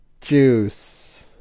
juice